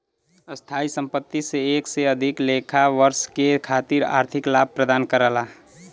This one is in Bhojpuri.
स्थायी संपत्ति से एक से अधिक लेखा वर्ष के खातिर आर्थिक लाभ प्रदान करला